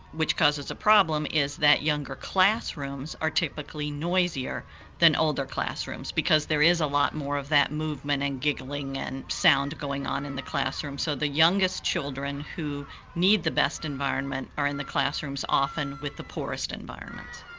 which causes a problem, is that younger classrooms are typically noisier than older classrooms because there is a lot more of that movement and giggling and sound going on in the classroom. so the youngest children who need the best environment are in the classrooms often with the poorest environment.